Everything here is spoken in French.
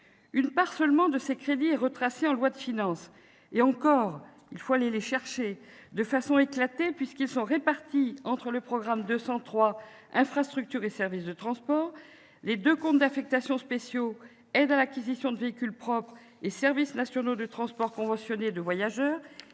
Une part seulement de ces crédits est retracée en loi de finances, et encore de façon éclatée, puisqu'ils sont répartis entre le programme 203 « Infrastructures et services de transport », les deux comptes d'affectation spéciale « Aides à l'acquisition de véhicules propres » et « Services nationaux de transport conventionnés de voyageurs »